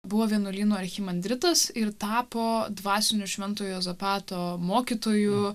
buvo vienuolyno archimandritas ir tapo dvasiniu šventojo juozapato mokytoju